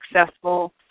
successful